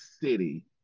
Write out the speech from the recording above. City